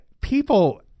People